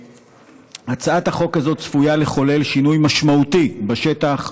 הצעת החוק הזאת צפויה לחולל שינוי משמעותי בשטח.